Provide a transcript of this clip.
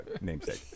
namesake